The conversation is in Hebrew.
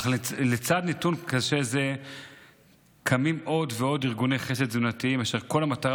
אך לצד נתון קשה זה קמים עוד ועוד ארגוני חסד תזונתיים אשר כל המטרה